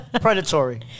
predatory